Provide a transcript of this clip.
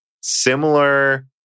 similar